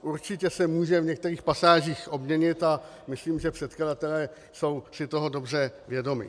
Určitě se může v některých pasážích obměnit a myslím, že předkladatelé jsou si toho dobře vědomi.